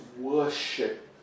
worship